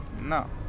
No